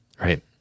right